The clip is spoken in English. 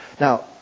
Now